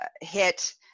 Hit